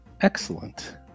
Excellent